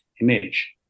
image